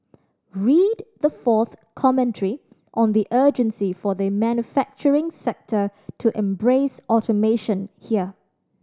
read the fourth commentary on the urgency for the manufacturing sector to embrace automation here